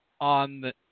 on